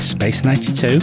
Space92